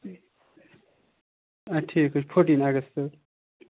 آ ٹھیٖک حظ چھُ فورٹیٖن اَگَستہٕ